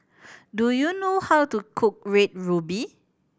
do you know how to cook Red Ruby